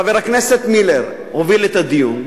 חבר הכנסת מילר הוביל את הדיון.